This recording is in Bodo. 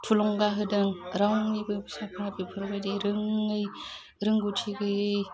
थुलुंगा होदों रावनिबो फिसाफ्रा बेफोरबायदि रोङै रोंगौथि गैयै